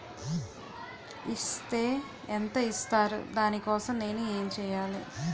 Is తే ఎంత ఇస్తారు దాని కోసం నేను ఎంచ్యేయాలి?